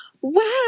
Wow